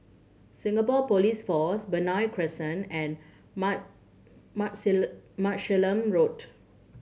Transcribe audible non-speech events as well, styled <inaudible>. Singapore Police Force Benoi Crescent and <unintelligible> <unintelligible> Martlesham Road